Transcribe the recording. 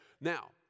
Now